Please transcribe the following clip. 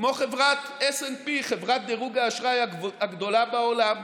כמו חברת S&P, חברת דירוג האשראי הגדולה בעולם.